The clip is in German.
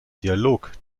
dialog